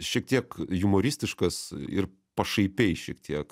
šiek tiek jumoristiškas ir pašaipiai šiek tiek